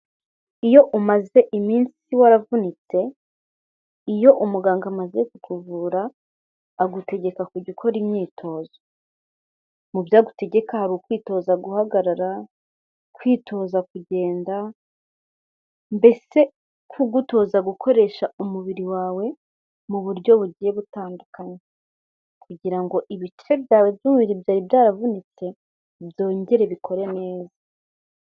Iyo umaze iminsi waravunitse, iyo umuganga amaze ku kuvura agutegeka kujya ukora imyitozo, mu byo agutegeka hari ukwitoza guhagarara, kwitoza kugenda, mbese kugutoza gukoresha umubiri wawe mu buryo bugiye butandukanye kugira ngo ibice byawe by'umubiri byari byaravunitse byongere bikore neza.